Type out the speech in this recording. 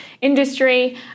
industry